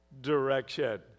direction